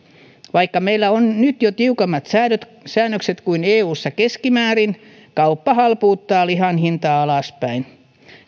vaikka meillä on nyt jo tiukemmat säännökset säännökset kuin eussa keskimäärin kauppa halpuuttaa lihanhintaa alaspäin